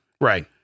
Right